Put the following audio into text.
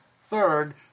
third